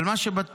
אבל מה שבטוח,